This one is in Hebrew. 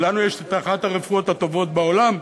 לנו יש אחת הרפואות הטובות בעולם,